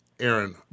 Aaron